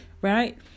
right